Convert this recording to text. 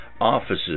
offices